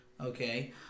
Okay